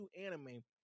anime